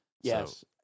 yes